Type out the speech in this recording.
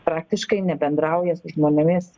praktiškai nebendrauja su žmonėmis